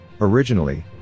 Originally